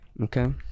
Okay